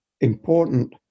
important